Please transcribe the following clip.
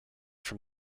from